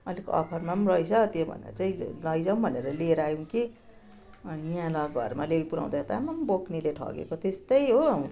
अलिक अफरमा पनि रहेछ त्यो भनेर चाहिँ लैजाउ भनेर लिएर आयौँ कि अनि यहाँ घरमा ल्याइ पुऱ्याउँदा त आम्मामा बोक्नेले ठगेको त्यस्तै हो